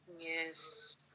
Yes